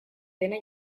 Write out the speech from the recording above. dena